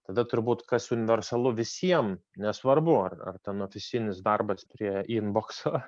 tada turbūt kas universalu visiem nesvarbu ar ar ten ofisinis darbas prie inbokso